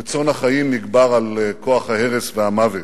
רצון החיים יגבר על כוח ההרס והמוות,